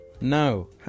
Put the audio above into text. No